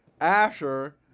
Asher